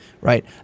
Right